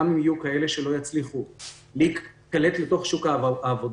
גם אם יהיו כאלה שלא יצליחו להיקלט לתוך שוק העבודה,